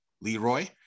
leroy